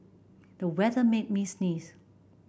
the weather made me sneeze